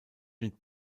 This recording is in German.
mit